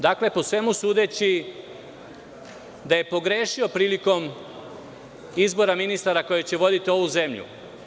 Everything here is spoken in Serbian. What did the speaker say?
Dakle, po svemu sudeći, da je pogrešio prilikom izbora ministara koji će voditi ovu zemlju.